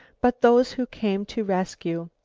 but those who came to rescue.